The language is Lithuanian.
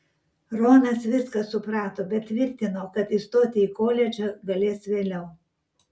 ronas viską suprato bet tvirtino kad įstoti į koledžą galės vėliau